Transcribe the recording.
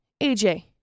AJ